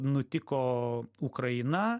nutiko ukraina